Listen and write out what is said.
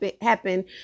happen